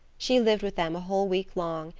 she lived with them a whole week long,